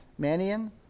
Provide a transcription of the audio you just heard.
Manian